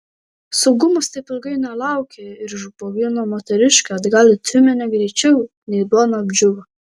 saugumas taip ilgai nelaukė ir išbogino moteriškę atgal į tiumenę greičiau nei duona apdžiūvo